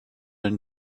and